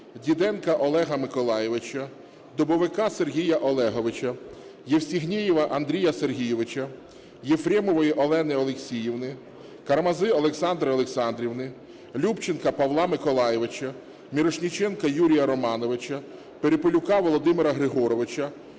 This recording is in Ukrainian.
Діденка Олега Миколайовича, Дубовика Сергія Олеговича, Євстігнєєва Андрія Сергійовича, Єфремову Ірину Олексіївну, Кармазу Олександру Олександрівну, Любченка Павла Миколайовича, Мірошниченка Юрія Романовича, Перепелюка Володимира Григоровича,